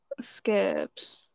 Skips